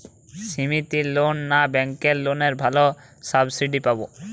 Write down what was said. সমিতির লোন না ব্যাঙ্কের লোনে ভালো সাবসিডি পাব?